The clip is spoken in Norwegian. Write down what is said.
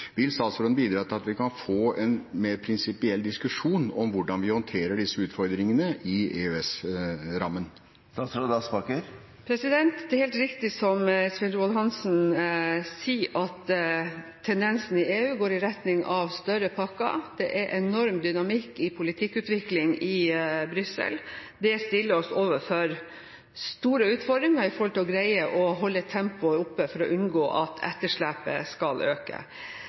Vil statsråden bidra til at vi kan få en mer prinsipiell diskusjon om hvordan vi håndterer disse utfordringene i EØS-rammen? Det er helt riktig som Svein Roald Hansen sier, at tendensen i EU går i retning av større pakker. Det er enorm dynamikk i politikkutviklingen i Brussel. Det stiller oss overfor store utfordringer med å greie å holde tempoet oppe for å unngå at etterslepet skal øke.